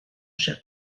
cher